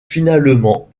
finalement